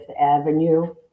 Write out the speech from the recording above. Avenue